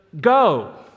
go